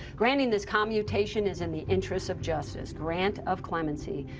granting this commutation is in the interests of justice. grant of clemency